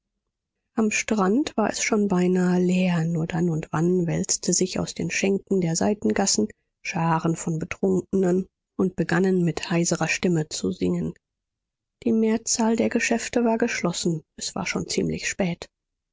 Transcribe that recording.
am strand war es schon beinahe leer nur dann und wann wälzten sich aus den schenken der seitengassen scharen von betrunkenen und begannen mit heiserer stimme zu singen die mehrzahl der geschäfte war geschlossen es war schon ziemlich spät